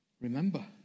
Remember